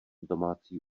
domácí